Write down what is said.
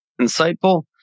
Insightful